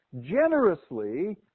generously